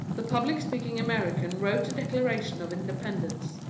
the public-speaking american wrote the declaration of independence.